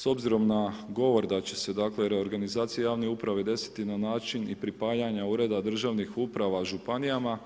S obzirom na govor da će se dakle, reorganizacija javne uprave desiti na način i pripajanja ureda državnih uprava županijama,